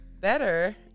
Better